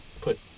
put